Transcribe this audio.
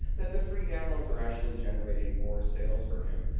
that the free downloads are actually generating more sales for him.